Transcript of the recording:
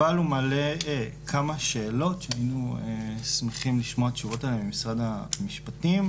אבל הוא מעלה כמה שאלות שהיינו שמחים לשמוע תשובות עליהן ממשרד המשפטים.